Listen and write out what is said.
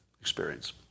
experience